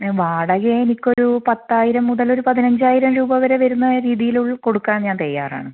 വാടക എനിക്കൊരു പത്തായിരം മുതലൊരു പതിനഞ്ചായിരം രൂപ വരെ വരുന്ന രീതിയിൽ കൊടുക്കാൻ ഞാൻ തയ്യാറാണ്